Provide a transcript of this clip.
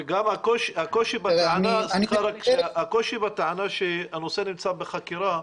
וגם הקושי בטענה שהנושא נמצא בחקירה,